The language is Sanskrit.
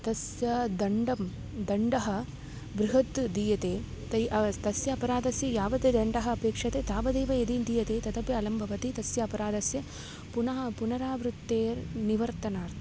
तस्य दण्डनं दण्डनं बृहत् दीयते तै तस्य अपराधस्य यावत् दण्डनम् अपेक्ष्यते तावदेव यदि दीयते तदपि अलं भवति तस्य अपराधस्य पुनः पुनरावृत्तेर्निवारणार्थम्